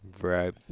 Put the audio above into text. right